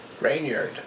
Rainyard